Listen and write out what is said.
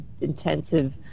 intensive